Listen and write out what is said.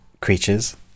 creatures